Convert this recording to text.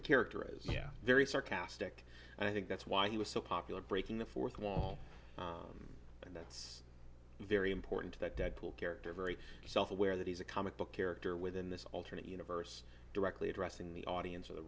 the character is yeah very sarcastic and i think that's why he was so popular breaking the fourth wall very important to that deadpool character very self aware that he's a comic book character within this alternate universe directly addressing the audience of the